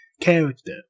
character